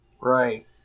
Right